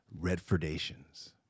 Redfordations